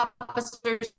officers